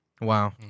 Wow